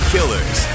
Killers